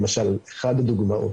למשל אחת הדוגמאות.